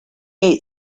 ate